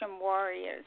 warriors